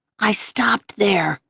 i stopped there.